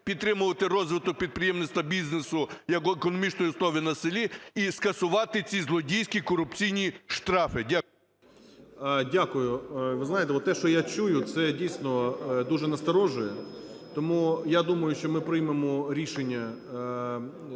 підтримувати розвиток підприємництва, бізнесу як економічної основи на селі і скасувати ці злодійські, корупційні штрафи. Дякую. 10:31:39 ГРОЙСМАН В.Б. Дякую. Ви знаєте, от те, що я чую, це, дійсно, дуже насторожує. Тому я думаю, що ми приймемо рішення